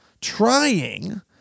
Trying